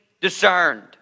discerned